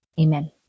Amen